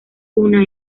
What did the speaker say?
una